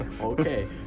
Okay